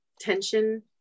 tension